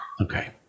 Okay